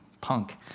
punk